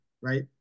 right